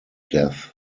death